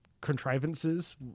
contrivances